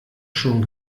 schon